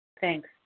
Thanks